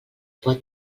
pot